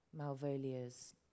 Malvolia's